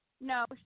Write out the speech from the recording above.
No